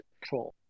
control